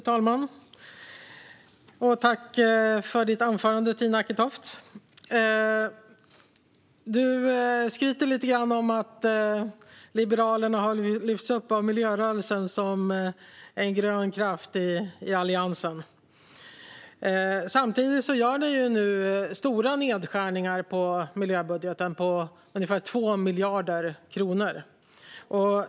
Fru talman! Tack för ditt anförande, Tina Acketoft! Du skryter lite grann om att Liberalerna har lyfts upp av miljörörelsen som en grön kraft i Alliansen. Samtidigt gör ni nu stora nedskärningar i miljöbudgeten på ungefär 2 miljarder kronor.